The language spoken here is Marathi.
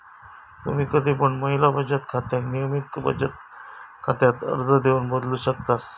तुम्ही कधी पण महिला बचत खात्याक नियमित बचत खात्यात अर्ज देऊन बदलू शकतास